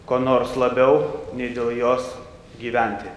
ko nors labiau nei dėl jos gyventi